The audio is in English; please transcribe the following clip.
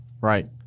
Right